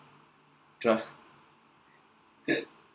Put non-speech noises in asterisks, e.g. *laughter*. *noise* *laughs*